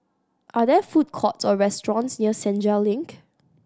are there food courts or restaurants near Senja Link